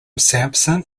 sampson